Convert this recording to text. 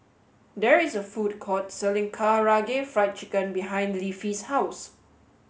there is a food court selling Karaage Fried Chicken behind Leafy's House